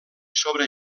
sobre